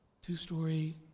two-story